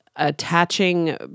attaching